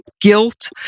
guilt